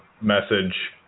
message